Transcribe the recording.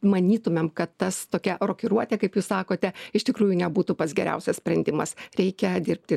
manytumėm kad tas tokia rokiruotė kaip jūs sakote iš tikrųjų nebūtų pats geriausias sprendimas reikia dirbti